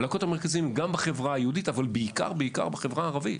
יצירת קשר גם בחברה היהודית אבל בעיקר בחברה הערבית.